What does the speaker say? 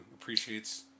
appreciates